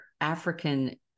African